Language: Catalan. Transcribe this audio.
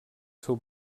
seu